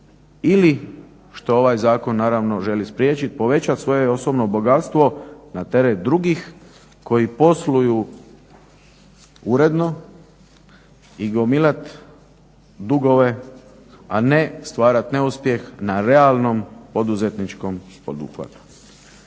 ili što ovaj Zakon naravno želi spriječiti povećati svoje osobno bogatstvo na teret drugih koji posluju uredno i gomilati dugove a ne stvarati neuspjeh na realnom poduzetničkom poduhvatu.